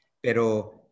pero